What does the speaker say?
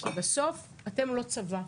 כי בסוף אתם לא הצבא.